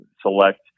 select